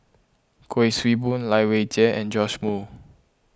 Kuik Swee Boon Lai Weijie and Joash Moo